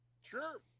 sure